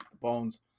bones